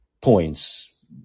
points